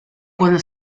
cuando